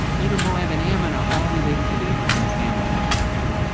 edom, moab and ammon are all related to the abrahamic family in one way or another.